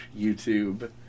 YouTube